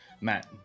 Matt